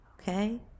okay